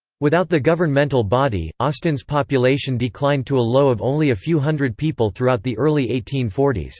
without the governmental body, austin's population declined to a low of only a few hundred people throughout the early eighteen forty s.